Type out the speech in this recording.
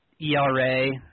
ERA